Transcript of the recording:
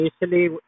usually